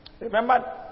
Remember